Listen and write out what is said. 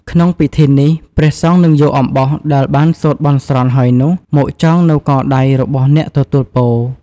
ក្នុងពិធីនេះ ព្រះសង្ឃនឹងយកអំបោះដែលបានសូត្របន់ស្រន់ហើយនោះមកចងនៅកដៃរបស់អ្នកទទួលពរ។